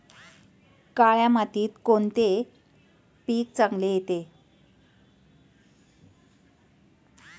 काळ्या मातीत कोणते पीक चांगले येते?